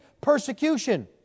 persecution